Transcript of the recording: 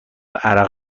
عرق